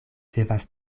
devas